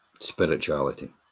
spirituality